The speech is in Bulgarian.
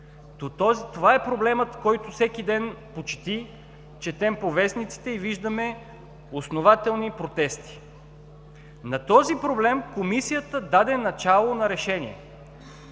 Това е проблемът, който всеки ден почти четем по вестниците, и виждаме основателни протести. На този проблем Комисията даде начало на решение